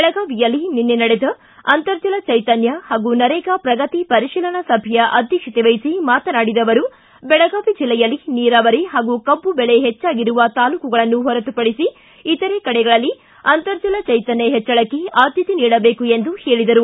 ಬೆಳಗಾವಿಯಲ್ಲಿ ನಿನ್ನೆ ನಡೆದ ಅಂತರ್ಜಲ ಚೈತನ್ನ ಹಾಗೂ ನರೇಗಾ ಪ್ರಗತಿ ಪರಿಶೀಲನಾ ಸಭೆಯ ಅಧ್ಯಕ್ಷತೆ ವಹಿಸಿ ಮಾತನಾಡಿದ ಅವರು ಬೆಳಗಾವಿ ಜಿಲ್ಲೆಯಲ್ಲಿ ನೀರಾವರಿ ಹಾಗೂ ಕಬ್ಬು ಬೆಳೆ ಹೆಚ್ಚಾಗಿರುವ ತಾಲ್ಲೂಕುಗಳನ್ನು ಹೊರತುಪಡಿಸಿ ಇತರೆ ಕಡೆಗಳಲ್ಲಿ ಅಂತರ್ಜಲ ಚೈತನ್ಯ ಹೆಚ್ಚಳಕ್ಕೆ ಆದ್ಯತೆ ನೀಡಬೇಕು ಎಂದು ಹೇಳಿದರು